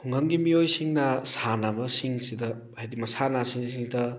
ꯈꯨꯡꯒꯪꯒꯤ ꯃꯤꯑꯣꯏꯁꯤꯡꯅ ꯁꯥꯟꯅꯕꯁꯤꯡꯁꯤꯗ ꯍꯥꯏꯗꯤ ꯃꯁꯥꯟꯅꯁꯤꯡꯁꯤꯗ